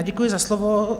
Děkuji za slovo.